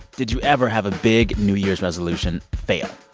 did you ever have a big new year's resolution fail?